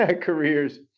careers